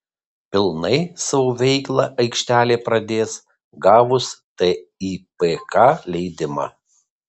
pilnai savo veiklą aikštelė pradės gavus tipk leidimą